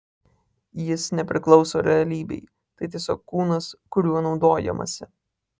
jis nepriklauso realybei tai tiesiog kūnas kuriuo naudojamasi